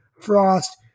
Frost